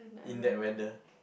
in that weather